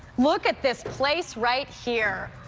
look at this place right here.